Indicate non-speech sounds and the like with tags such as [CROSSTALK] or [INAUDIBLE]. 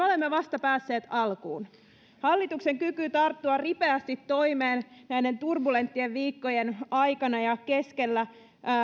[UNINTELLIGIBLE] olemme vasta päässeet alkuun hallituksen kyky tarttua ripeästi toimeen näiden turbulenttien viikkojen aikana ja keskellä